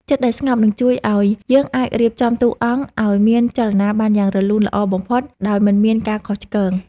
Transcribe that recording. ចិត្តដែលស្ងប់នឹងជួយឱ្យយើងអាចរៀបចំតួអង្គឱ្យមានចលនាបានយ៉ាងរលូនល្អបំផុតដោយមិនមានការខុសឆ្គង។